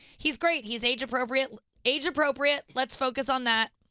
he's great, he's age-appropriate age-appropriate, let's focus on that.